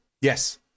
Yes